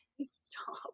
stop